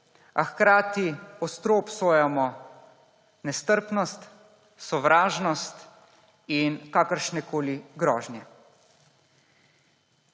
a hkrati ostro obsojamo nestrpnost, sovražnost in kakršnekoli grožnje.